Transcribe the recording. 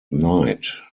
night